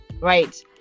Right